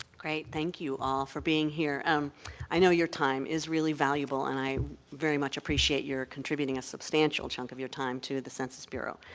great. thank you all for being here. um i know your time is really valuable and i very much appreciate your contributing a substantial chunk of your time to the census bureau.